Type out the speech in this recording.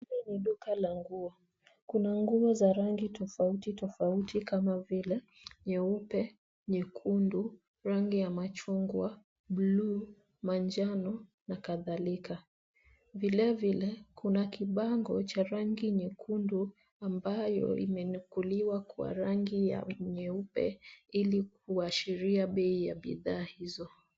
Hili ni duka la nguo. Kuna nguo za rangi tofauti tofauti kama vile, nyeupe, nyekundu, rangi ya machungwa, buluu, manjano, na kadhalika. Vile vile, kuna kibango cha rangi nyekundu ambayo imenukuliwa kwa rangi ya nyeupe, ili kuashiria bei ya bidhaa hizo.